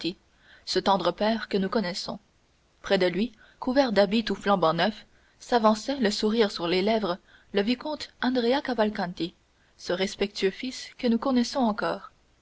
ce tendre père que nous connaissons près de lui couvert d'habits tout flambant neufs s'avançait le sourire sur les lèvres le vicomte andrea cavalcanti ce respectueux fils que nous connaissons encore